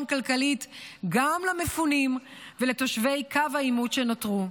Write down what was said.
כלכלית גם למפונים ולתושבי קו העימות שנותרו.